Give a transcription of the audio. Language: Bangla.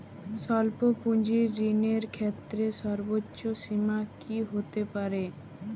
স্বল্প পুঁজির ঋণের ক্ষেত্রে সর্ব্বোচ্চ সীমা কী হতে পারে?